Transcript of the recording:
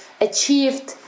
achieved